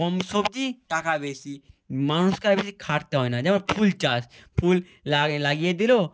কম সবজি টাকা বেশি মানুষটাকে আর বেশি খাটতে হয় না যেমন ফুল চাষ ফুল লাগিয়ে দিলো